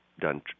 done